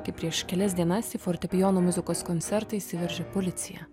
kai prieš kelias dienas į fortepijono muzikos koncertą įsiveržė policija